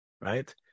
Right